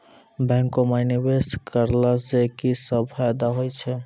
बैंको माई निवेश कराला से की सब फ़ायदा हो छै?